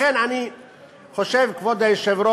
לכן אני חושב, כבוד היושב-ראש,